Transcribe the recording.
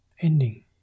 ending